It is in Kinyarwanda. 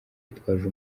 yitwaje